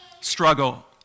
struggle